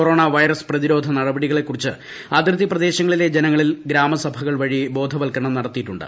കൊറ്റോൺ virus പ്രതിരോധ നടപടികളെ കുറിച്ച് അതിർത്തി പ്ര്ദേശങ്ങളിലെ ജനങ്ങളിൽ ഗ്രാമസഭകൾ വഴി ബോധവത്ക്കർണം നടത്തിയിട്ടുണ്ട്